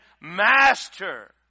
Master